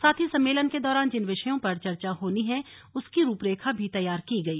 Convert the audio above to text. साथ ही सम्मेलन के दौरान जिन विषयों पर चर्चा होनी है उसकी रूपरेखा भी तैयार की गई